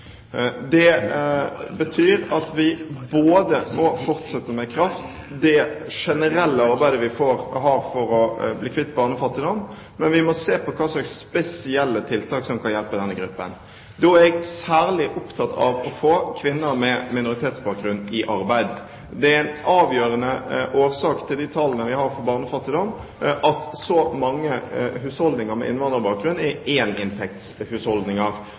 Det betyr at vi både må fortsette med kraft det generelle arbeidet vi har for å bli kvitt barnefattigdom, og vi må se på hva slags spesielle tiltak som kan hjelpe denne gruppen. Jeg er særlig opptatt av å få kvinner med minoritetsbakgrunn i arbeid. Det er en avgjørende årsak til de tallene vi har for barnefattigdom, at så mange husholdninger med innvandrerbakgrunn er éninntektshusholdninger. Der er en